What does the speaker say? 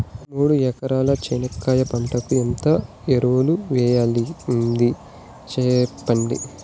మూడు ఎకరాల చెనక్కాయ పంటకు ఎంత ఎరువులు వేయాల్సి ఉంటుంది సెప్పండి?